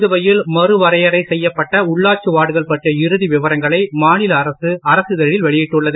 புதுவையில் மறுவரையறை செய்யப்பட்ட உள்ளாட்சி வார்டுகள் பற்றிய இறுதி விவரங்களை மாநில அரசு அரசிதழில் வெளியிட்டுள்ளது